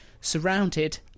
surrounded